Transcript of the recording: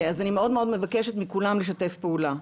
אז אני מאוד מאוד מבקשת מכולם לשתף פעולה.